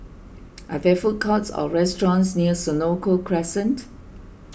are there food courts or restaurants near Senoko Crescent